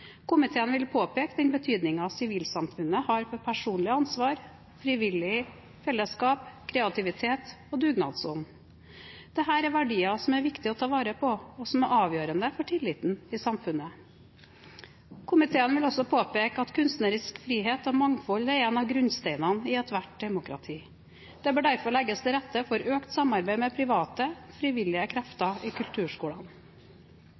Komiteen vil påpeke den betydningen sivilsamfunnet har for personlig ansvar, frivillige fellesskap, kreativitet og dugnadsånd. Dette er verdier som det er viktig å ta vare på, og som er avgjørende for tilliten i samfunnet. Komiteen vil også påpeke at kunstnerisk frihet og mangfold er en av grunnsteinene i ethvert demokrati. Det bør derfor legges til rette for økt samarbeid med private, frivillige